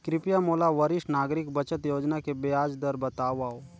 कृपया मोला वरिष्ठ नागरिक बचत योजना के ब्याज दर बतावव